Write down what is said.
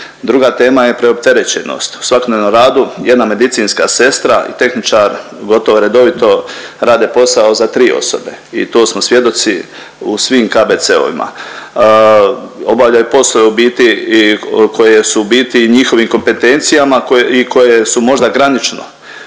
Druga tema je preopterečenost. U svakodnevnom radu jedna medicinska sestra i tehničar gotovo redovito rade posao za tri osobe i to smo svjedoci u svim KBC-ovima. Obavljaju poslove u biti i koje su u biti njihovim kompetencijama i koje su možda granično.